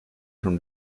from